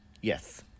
Yes